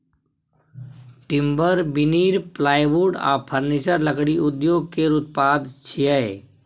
timber, veneer, plywood आ furniture लकड़ी उद्योग केर उत्पाद छियै